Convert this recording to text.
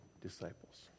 disciples